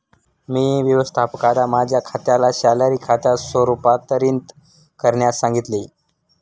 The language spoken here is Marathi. मी व्यवस्थापकाला माझ्या खात्याला सॅलरी खात्यात रूपांतरित करण्यास सांगितले